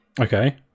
Okay